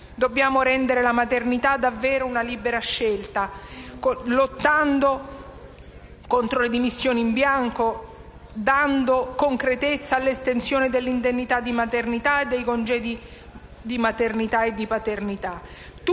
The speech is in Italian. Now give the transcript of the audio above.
Dobbiamo rendere la maternità davvero una libera scelta, lottando contro le dimissioni in bianco e dando concretezza all'estensione dei congedi di maternità e paternità.